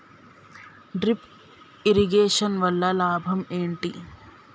Drip irrigation వల్ల లాభం ఏంటి?